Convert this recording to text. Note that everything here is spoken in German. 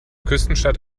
küstenstadt